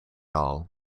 all